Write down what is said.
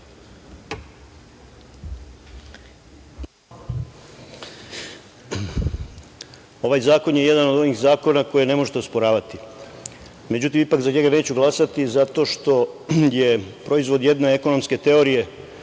Ovaj zakon je jedan od onih zakona koje ne možete osporavati. Međutim, ipak za njega neću glasati, zato što je proizvod jedne ekonomske teorije